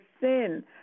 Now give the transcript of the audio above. sin